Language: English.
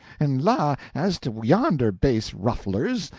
and, la, as to yonder base rufflers,